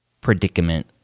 predicament